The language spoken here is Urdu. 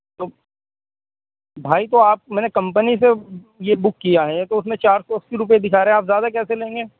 تو بھائی تو آپ میں نے کمپنی سے یہ بک کیا ہے تو اس میں چار سو اسی روپئے دکھا رہے آپ زیادہ کیسے لیں گے